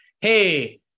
hey